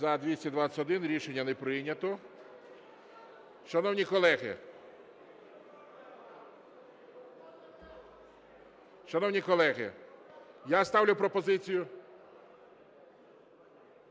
За-221 Рішення не прийнято. Шановні колеги, я ставлю пропозицію